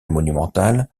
monumental